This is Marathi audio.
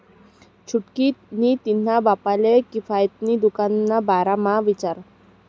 छुटकी नी तिन्हा बापले किफायती दुकान ना बारा म्हा विचार